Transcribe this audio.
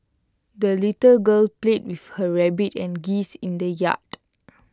the little girl played with her rabbit and geese in the yard